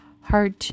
hard